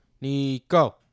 Nico